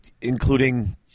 including